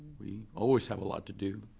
we always have a lot to do,